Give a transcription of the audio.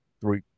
three